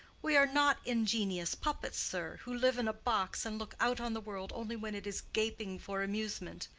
we are not ingenious puppets, sir, who live in a box and look out on the world only when it is gaping for amusement.